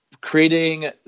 creating